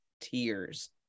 tears